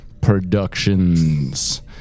productions